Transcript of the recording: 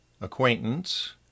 acquaintance